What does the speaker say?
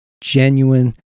genuine